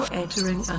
entering